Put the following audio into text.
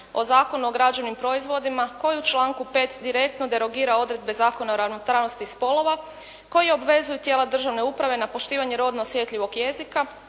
o Zakonu o građevnim proizvodima koji u članku 5. direktno derogira odredbe Zakona o ravnopravnosti spolova, koji obvezuje tijela državne uprave na poštivanje rodno osjetljivog jezika